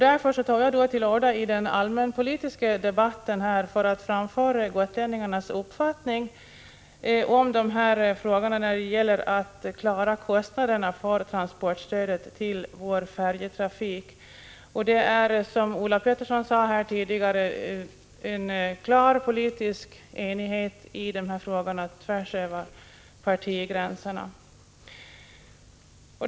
Därför tog jag till orda i den allmänpolitiska debatten för att framföra gotlänningarnas uppfattning i frågan om hur kostnaderna för transportstödet till vår färjetrafik skall klaras. Det råder, som Ulla Pettersson sade tidigare, en klar politisk enighet i den här frågan, tvärs över partigränserna.